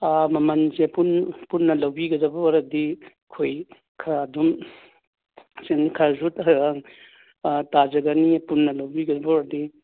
ꯑꯥ ꯃꯃꯟꯁꯦ ꯄꯨꯟꯅ ꯂꯧꯕꯤꯒꯗꯕ ꯑꯣꯏꯔꯕꯗꯤ ꯑꯩꯈꯣꯏ ꯈꯔ ꯑꯗꯨꯝ ꯑꯥ ꯇꯥꯖꯒꯅꯤ ꯄꯨꯟꯅ ꯂꯧꯕꯤꯒꯗꯕ ꯑꯣꯏꯔꯕꯗꯤ